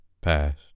Past